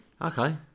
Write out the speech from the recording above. Okay